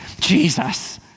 Jesus